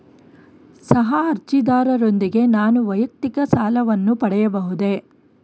ಸಹ ಅರ್ಜಿದಾರರೊಂದಿಗೆ ನಾನು ವೈಯಕ್ತಿಕ ಸಾಲವನ್ನು ಪಡೆಯಬಹುದೇ?